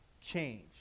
change